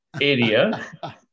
Area